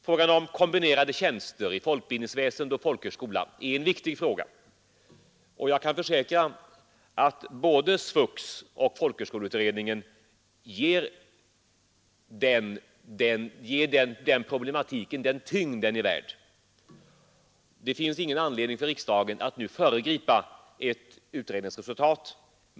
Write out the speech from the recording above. Frågan om kombinerade tjänster i folkbildningsväsende och folkhögskola är viktig, och jag kan försäkra att både SVUX och folkhögskoleutredningen ger den problematiken den uppmärksamhet som den är värd. Det finns ingen anledning för riksdagen att föregripa utredningsresultatet.